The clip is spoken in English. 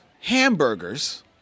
hamburgers